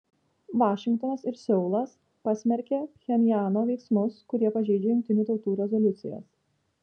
vašingtonas ir seulas pasmerkė pchenjano veiksmus kurie pažeidžia jungtinių tautų rezoliucijas